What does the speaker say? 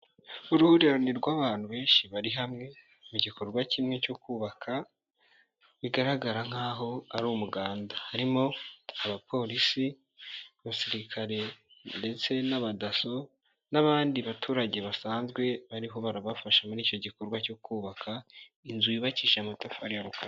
Uruhurirane rw'abantu benshi bari hamwe mu gikorwa kimwe cyo kubaka, bigaragara nk'aho ari umuganda, harimo abapolisi, abasirikare ndetse n'abadaso n'abandi baturage basanzwe bariho barabafasha muri icyo gikorwa cyo kubaka, inzu yubakisha amatafari rukara.